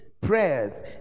prayers